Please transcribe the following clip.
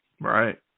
Right